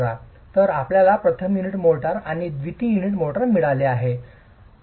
तर आपल्याला प्रथम युनिट मोर्टार आणि द्वितीय युनिट मिळाले आहे